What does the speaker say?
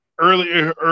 early